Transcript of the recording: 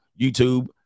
YouTube